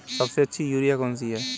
सबसे अच्छी यूरिया कौन सी होती है?